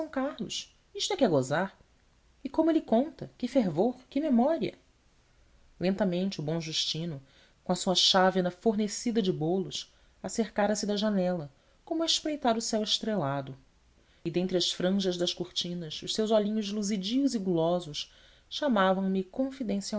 isto é que é gozar e como ele conta que fervor que memória lentamente o bom justino com a sua chávena fornecida de bolos acercara se da janela como a espreitar o céu estrelado e dentre as franjas das cortinas os seus olhinhos luzidios e gulosos chamavam me